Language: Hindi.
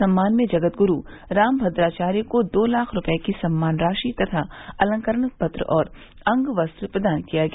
सम्मान में जगत गुरू रामभद्राचार्य को दो लाख रूपये की सम्मान राशि तथा अलंकरण पत्र और अंग वस्त्र प्रदान किया गया